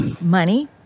money